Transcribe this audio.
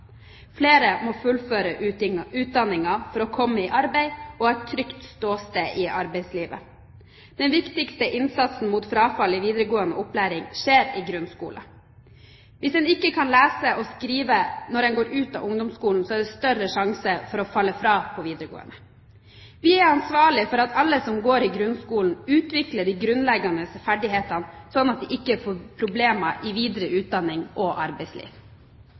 Flere må fullføre utdanningen for å komme i arbeid og ha et trygt ståsted i arbeidslivet. Den viktigste innsatsen mot frafall i videregående opplæring skjer i grunnskolen. Hvis en ikke kan lese og skrive når en går ut av ungdomsskolen, er det større risiko for å falle fra i videregående. Vi er ansvarlige for at alle som går i grunnskolen, utvikler de grunnleggende ferdighetene, slik at de ikke får problemer i videre utdanning og arbeidsliv.